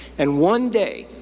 and one day,